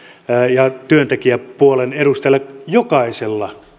ja työntekijäpuolten edustajilla jokaisella